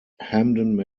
hamden